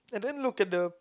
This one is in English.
and then look at the